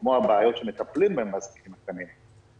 כמו הבעיות שמטפלים בהן בעסקים הקטנים,